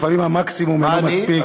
לפעמים המקסימום אינו מספיק,